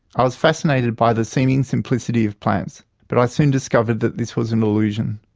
i was fascinated by the seeming simplicity of plants. but i soon discovered that this was an illusion.